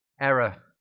error